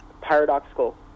paradoxical